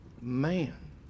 Man